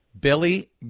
Billy